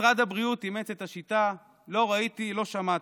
ומשרד הבריאות אימץ את השיטה: לא ראיתי, לא שמעתי.